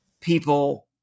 people